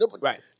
Right